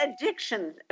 addiction